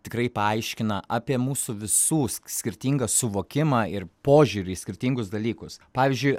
tikrai paaiškina apie mūsų visų skirtingą suvokimą ir požiūrį į skirtingus dalykus pavyzdžiui